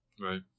Right